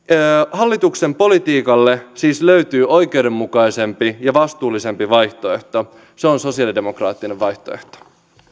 hallituksen politiikalle siis löytyy oikeudenmukaisempi ja vastuullisempi vaihtoehto se on sosialidemokraattinen vaihtoehto